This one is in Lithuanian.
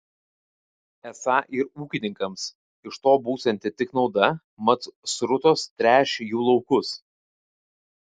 esą ir ūkininkams iš to būsianti tik nauda mat srutos tręš jų laukus